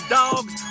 dogs